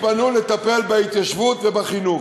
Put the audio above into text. יתפנו לטפל בהתיישבות ובחינוך.